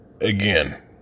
again